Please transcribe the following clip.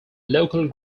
local